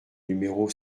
numéro